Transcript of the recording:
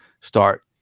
start